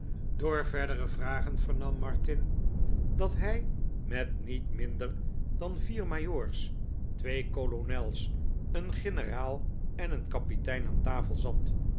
door verdere vragen vernam martin dat hij met niet minder dan vier majoors twee kolonels een generaal en een kapitein aan tafel zat